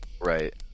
Right